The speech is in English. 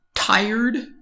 tired